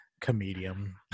comedian